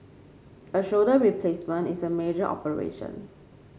a shoulder replacement is a major operation